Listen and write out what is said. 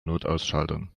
notausschaltern